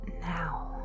now